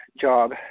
job